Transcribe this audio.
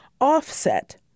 offset